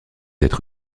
être